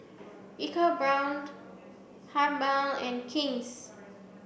EcoBrown Habhal and King's